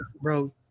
bro